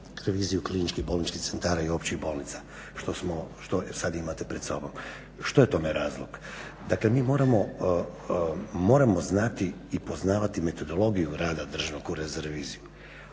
reviziju kliničkih bolničkih centara i općih bolnica, što sada imate pred sobom. Što je tome razlog? Dakle mi moramo znati i poznavati metodologiju rada Državnog ureda za reviziju,